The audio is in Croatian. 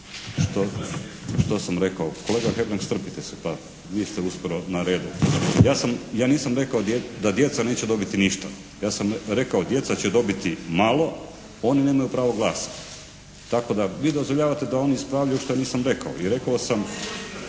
ne čuje./… Kolega Hebrang, strpite se, pa vi ste uskoro na redu. Ja nisam rekao da djeca neće dobiti ništa. Ja sam rekao djeca će dobiti malo, oni nemaju pravo glasa. Tako da vi dozvoljavate da oni ispravljaju što ja nisam rekao. I rekao sam.